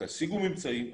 תשיגו ממצאים,